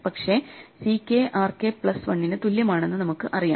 പക്ഷേ ck rk plus 1 ന് തുല്യമാണെന്ന് നമുക്കറിയാം